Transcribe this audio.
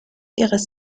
ihres